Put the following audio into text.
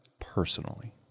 personally